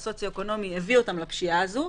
הסוציו-אקונומי שלהם הביא אותם לפשיעה הזו,